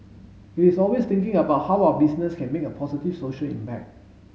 he is always thinking about how our business can make a positive social impact